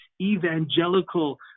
evangelical